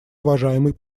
уважаемый